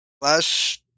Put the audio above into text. Last